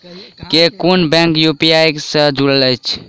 केँ कुन bank UPI सँ जुड़ल अछि?